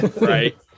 right